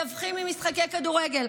מדווחים במשחקי כדורגל.